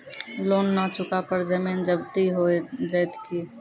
Loan न चुका पर जमीन जब्ती हो जैत की?